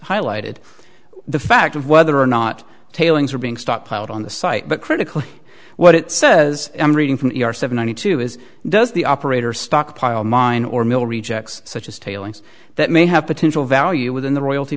highlighted the fact of whether or not tailings are being stockpiled on the site but critically what it says i'm reading from your seventy two is does the operator stockpile mine or mill rejects such as tailings that may have potential value within the royalty